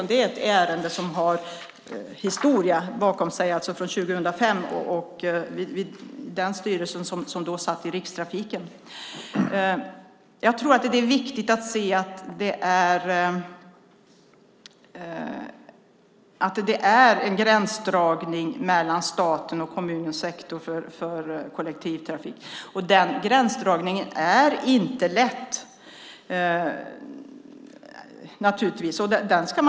Det är ett ärende som har en historia från 2005 och den styrelse som då satt i Rikstrafiken. Det är viktigt att se att det är en gränsdragning mellan staten och kommunens sektor för kollektivtrafik. Den gränsdragningen är naturligtvis inte lätt.